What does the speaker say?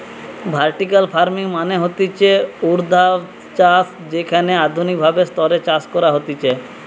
vertical farming মানে হতিছে ঊর্ধ্বাধ চাষ যেখানে আধুনিক ভাবে স্তরে চাষ করা হতিছে